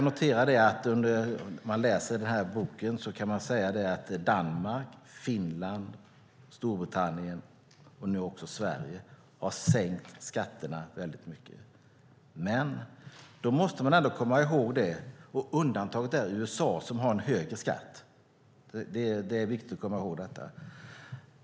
Om man läser den här boken kan man se att Danmark, Finland, Storbritannien och nu också Sverige har sänkt skatterna väldigt mycket. Undantaget är USA som har en högre skatt. Det är viktigt att komma ihåg.